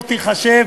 לא תיחשב